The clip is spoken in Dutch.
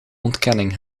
ontkenning